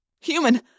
Human